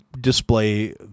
display